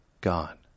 gone